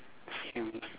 same